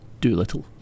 Doolittle